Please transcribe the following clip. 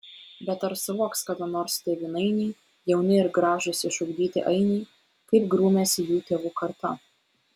bet ar suvoks kada nors tėvynainiai jauni ir gražūs išugdyti ainiai kaip grūmėsi jų tėvų karta